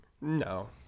no